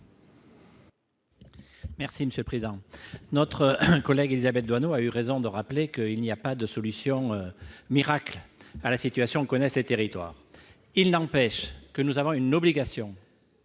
explication de vote. Notre collègue Élisabeth Doineau a eu raison de rappeler qu'il n'y avait pas de solution miracle à la situation que connaissent les territoires. Il n'empêche que nous avons une obligation